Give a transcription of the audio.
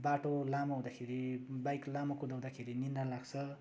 बाट लामो हुँदाखेरि बाइक लामो कुदाउँदाखेरि निद्रा लाग्छ